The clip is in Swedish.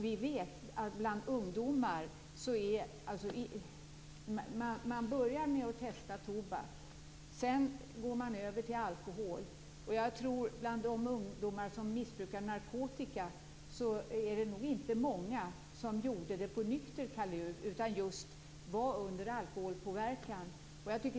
Vi vet att ungdomar börjar med att testa tobak. Sedan går de över till alkohol. Jag tror inte att många av de ungdomar som för första gången missbrukar narkotika skulle göra det på nykter kaluv. Många av dem gör det just under alkoholpåverkan.